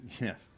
Yes